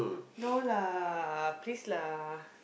no lah please lah